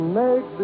make